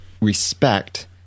respect